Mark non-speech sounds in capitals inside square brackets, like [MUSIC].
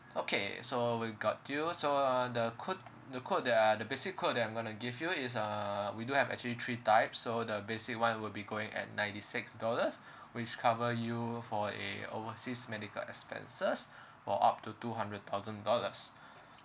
okay so we got you so uh the code the code that are the basic code that I'm going give you is uh we do have actually three type so the basic one will be going at ninety six dollars which cover you for a overseas medical expenses [BREATH] for up to two hundred thousand dollars